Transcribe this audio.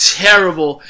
terrible